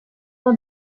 uno